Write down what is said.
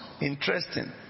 Interesting